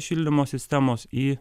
šildymo sistemos į